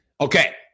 Okay